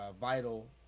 Vital